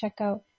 checkout